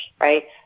right